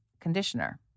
conditioner